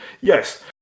yes